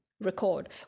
record